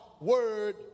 Word